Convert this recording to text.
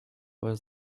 was